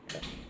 ya